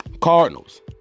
Cardinals